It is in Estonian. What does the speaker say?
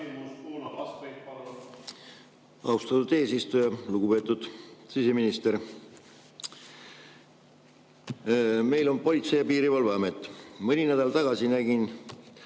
Austatud eesistuja! Lugupeetud siseminister! Meil on Politsei‑ ja Piirivalveamet. Mõni nädal tagasi nägin